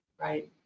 Right